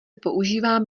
používám